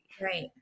right